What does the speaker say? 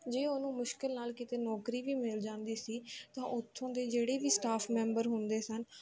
ਜੇ ਉਹਨੂੰ ਮੁਸ਼ਕਲ ਨਾਲ ਕਿਤੇ ਨੌਕਰੀ ਵੀ ਮਿਲ ਜਾਂਦੀ ਸੀ ਤਾਂ ਉੱਥੋਂ ਦੇ ਜਿਹੜੇ ਵੀ ਸਟਾਫ ਮੈਂਬਰ ਹੁੰਦੇ ਸਨ